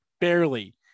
barely